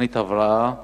תוכנית הבראה